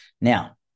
Now